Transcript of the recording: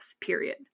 period